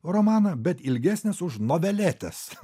romaną bet ilgesnės už noveletes